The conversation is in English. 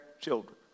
children